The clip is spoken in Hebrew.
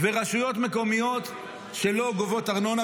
ורשויות מקומיות שלא גובות ארנונה,